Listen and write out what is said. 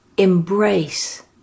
Embrace